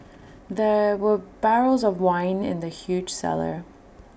there were barrels of wine and the huge cellar